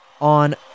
on